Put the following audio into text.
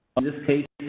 um this case,